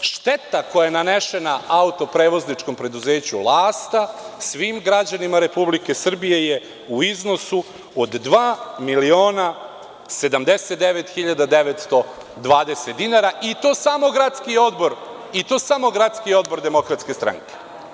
šteta koja je nanesena autoprevozničkom preduzeću „Lasta“, svim građanima Republike Srbije je u iznosu od 2.079.920 dinara i to samo Gradski odbor Demokratske stranke.